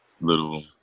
little